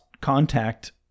contact